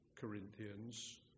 Corinthians